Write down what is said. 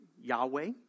Yahweh